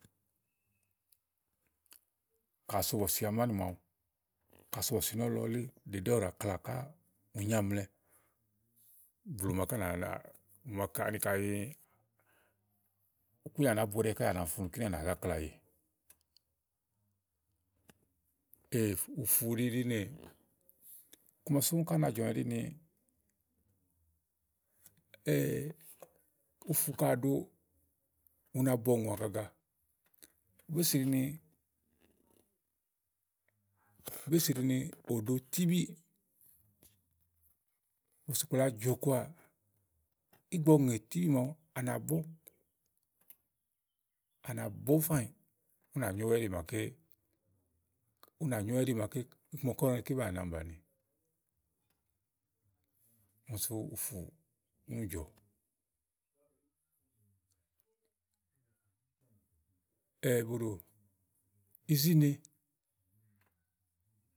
Ka à so bɔ̀sì amánì màawu ka à so bɔ̀sì nɔ̀lɔ wuléè ɖèɖé ɔwɔ ɖàá kláà káà, ù nyaàmlɛ blù màaké à nà la màaké kayi ani kúnyà nàá booɖewɛ kàá à nà mi funù kinì à nà zá klaà yè ùfù nìɖinèè iku ma sú úni ká na jɔ̀mi ɖíni, ùfù ka à ɖo, u na bɔ ùŋò agaga ú si ɖí ni ùbéè si ɖi ni òɖo tíbíì, bɔ̀sìkplà a jɔ̀kɔà, ígbɔ ɔwɔ ŋè tíbí màawu, à nà bɔ̀ à nà bɔ̀ fáànyì. ú nà nyówɛ ɛɖì màaké, ú nà nyówɛ ɛ́ɖì màaké iku màaké ɔwɔ nyréwu ké banìi à nà mi bàni. úni sú ùfùù, úni jɔ̀ izíne.